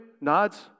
Nods